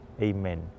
Amen